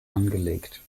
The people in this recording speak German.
angelegt